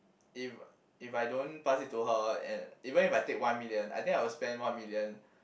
if if I don't pass it to her and even if I take one million I think I will spend one million